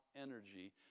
energy